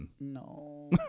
No